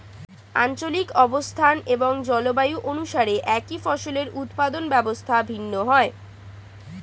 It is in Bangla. আঞ্চলিক অবস্থান এবং জলবায়ু অনুসারে একই ফসলের উৎপাদন ব্যবস্থা ভিন্ন হয়